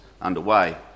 underway